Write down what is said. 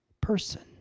person